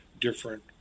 different